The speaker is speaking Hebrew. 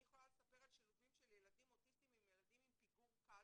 אני יכולה לספר על שילובים של ילדים אוטיסטים עם ילדים עם פיגור קל,